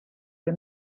the